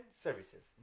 services